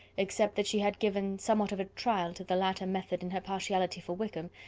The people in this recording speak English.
except that she had given somewhat of a trial to the latter method in her partiality for wickham,